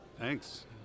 Thanks